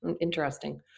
Interesting